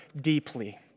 deeply